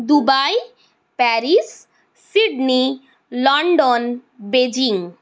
Dubai Paris Sydney London Beijing